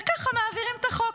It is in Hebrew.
וככה מעבירים את החוק.